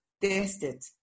tested